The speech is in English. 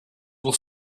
will